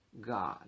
God